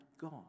God